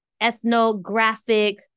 ethnographic